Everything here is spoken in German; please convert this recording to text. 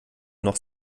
noch